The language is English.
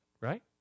right